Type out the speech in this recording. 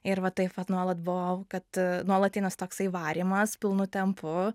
ir va taip vat nuolat buvo kad nuolatinis toksai varymas pilnu tempu